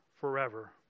forever